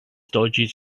dodges